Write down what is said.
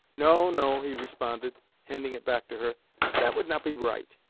no, no, he responded, handing it back to her that would not be right.